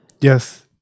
Yes